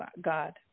God